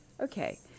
Okay